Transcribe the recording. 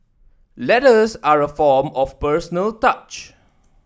letters are a form of personal touch